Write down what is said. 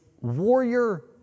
warrior